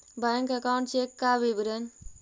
Bank account check का विवरण?